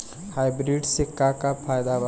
Hybrid से का का फायदा बा?